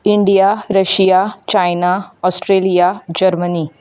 India Russia China Australia Germany